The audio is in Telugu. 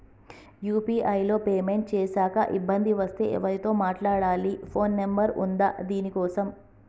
యూ.పీ.ఐ లో పేమెంట్ చేశాక ఇబ్బంది వస్తే ఎవరితో మాట్లాడాలి? ఫోన్ నంబర్ ఉందా దీనికోసం?